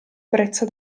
brezza